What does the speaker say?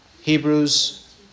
Hebrews